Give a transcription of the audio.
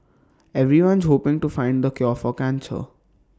everyone's hoping to find the cure for cancer